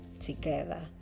together